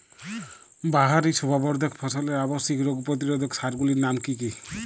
বাহারী শোভাবর্ধক ফসলের আবশ্যিক রোগ প্রতিরোধক সার গুলির নাম কি কি?